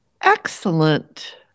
Excellent